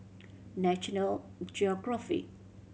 National Geographic